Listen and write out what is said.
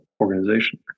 organization